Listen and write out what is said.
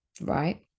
right